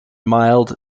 mild